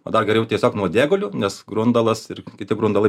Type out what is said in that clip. o dar geriau tiesiog nuodėguliu nes grundalas ir kiti grundalai